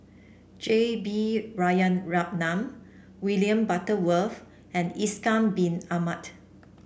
J B Jeyaretnam William Butterworth and Ishak Bin Ahmad